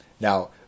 Now